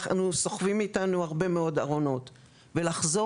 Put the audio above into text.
אנחנו סוחבים איתנו הרבה מאוד ארונות ולחזור